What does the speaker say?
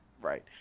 Right